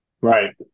right